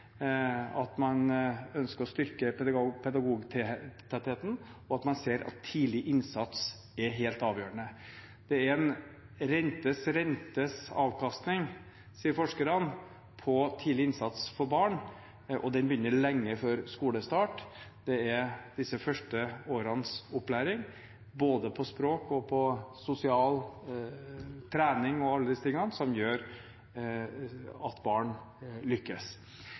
at man ønsker å styrke pedagogtettheten, og at man ser at tidlig innsats er helt avgjørende. Det er en renters-rente-avkastning, sier forskerne, på tidlig innsats for barn, og den begynner lenge før skolestart. Det er disse første årenes opplæring i både språk, sosial trening og alle disse tingene, som gjør at barn lykkes.